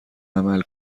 عمل